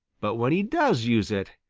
but when he does use it,